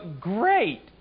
great